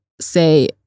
say